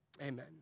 Amen